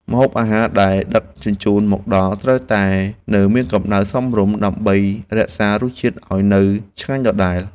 ម្ហូបអាហារដែលដឹកជញ្ជូនមកដល់ត្រូវតែនៅមានកម្តៅសមរម្យដើម្បីរក្សារសជាតិឱ្យនៅឆ្ងាញ់ដដែល។